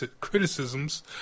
criticisms